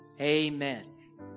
Amen